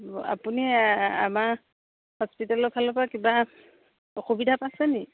আপুনি আমাৰ হস্পিটেলৰ ফালৰ পৰা কিবা অসুবিধা পাইছেনি